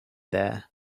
there